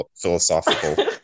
philosophical